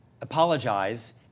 apologize